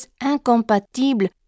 incompatibles